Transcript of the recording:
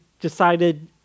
decided